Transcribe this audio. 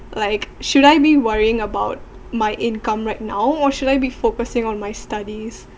like should I be worrying about my income right now or should I be focusing on my studies